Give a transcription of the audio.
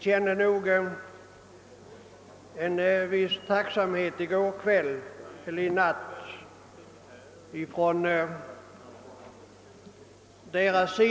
Herr talman!